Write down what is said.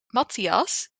matthias